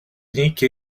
nique